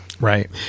Right